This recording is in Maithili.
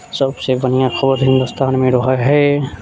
सबसे बढ़िआँ खबर हिंदुस्तानमे रहैत हइ